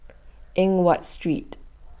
Eng Watt Street